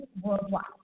worldwide